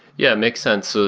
yeah, make sense. ah